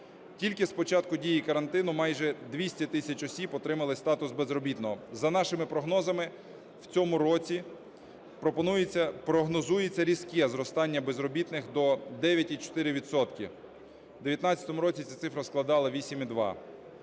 Тільки з початку дії карантину майже 200 тисяч осіб отримали статус безробітного. За нашими прогнозами, в цьому році прогнозується різке зростання безробітних до 9,4 відсотки. В 2019 році ця цифра складала 8,2.